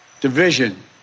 division